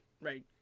right